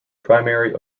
primary